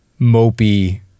mopey